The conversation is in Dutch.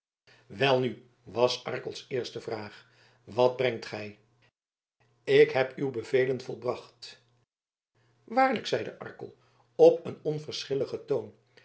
welnu was arkels eerste vraag wat brengt gij ik heb uw bevelen volbracht waarlijk zeide arkel op een onverschilligen toon